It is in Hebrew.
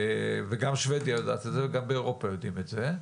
וגם שבדיה יודעת את זה וגם באירופה יודעים את זה.